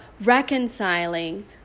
reconciling